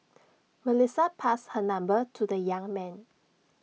Melissa passed her number to the young man